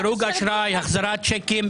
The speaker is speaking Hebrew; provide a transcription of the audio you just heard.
דירוג אשראי, החזרת צ'קים.